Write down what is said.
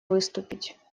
выступить